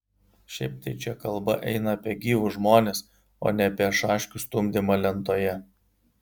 šiaip tai čia kalba eina apie gyvus žmones o ne apie šaškių stumdymą lentoje